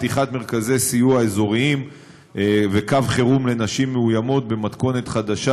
פתיחת מרכזי סיוע אזוריים וקו חירום לנשים מאוימות במתכונת חדשה,